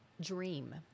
dream